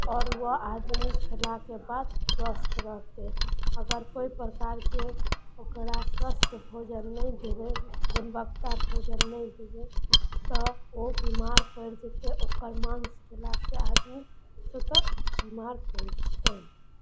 आओर वएह आदमी खेलाके बाद स्वस्थ रहतय अगर कोइ प्रकारके ओकरा स्वस्थ भोजन नहि देबय गुणवत्ता भोजन नहि देबय तऽ ओ बीमार पड़ि जेतय ओकर माँस खेलासँ आदमी से तऽ बीमार पड़ि जेतय